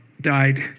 died